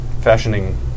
Fashioning